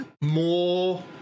More